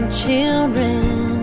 children